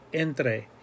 Entre